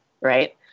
right